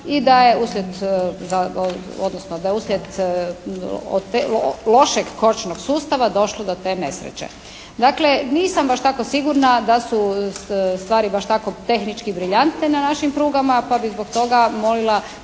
i da je uslijed, odnosno da je uslijed lošeg kočnog sustava došlo do te nesreće. Dakle nisam baš tako sigurna da su stvari baš tako tehnički briljantne na našim prugama pa bi zbog toga molila,